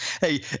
hey